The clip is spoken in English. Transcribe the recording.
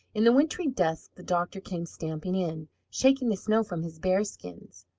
in the wintry dusk the doctor came stamping in, shaking the snow from his bearskins.